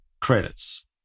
credits